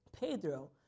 Pedro